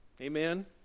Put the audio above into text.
Amen